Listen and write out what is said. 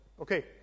Okay